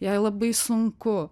jai labai sunku